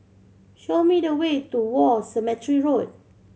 show me the way to War Cemetery Road